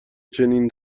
چنین